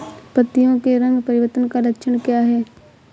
पत्तियों के रंग परिवर्तन का लक्षण क्या है?